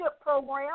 program